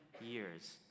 years